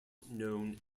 known